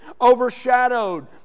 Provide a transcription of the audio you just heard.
overshadowed